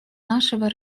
нашего